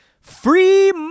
free